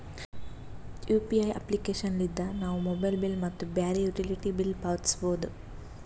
UPI application ಲಿದ್ದ ನಾವು mobile bill ಮತ್ತು ಬ್ಯಾರೆ ಯುಟಿಲಿಟಿ ಬಿಲ್ ಪಾವತಿಸಬೋದು